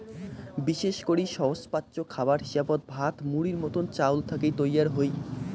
বিশেষ করি সহজপাচ্য খাবার হিসাবত ভাত, মুড়ির মতন চাউল থাকি তৈয়ার হই